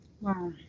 Wow